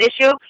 issue